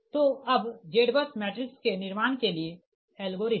तो अबZBUS मैट्रिक्स के निर्माण के लिए एल्गोरिदम